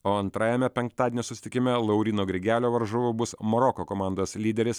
o antrajame penktadienio susitikime lauryno grigelio varžovu bus maroko komandos lyderis